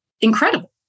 incredible